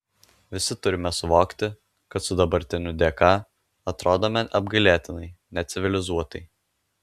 visi turime suvokti kad su dabartiniu dk atrodome apgailėtinai necivilizuotai